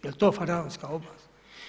Jer to faraonska ovlast?